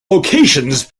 locations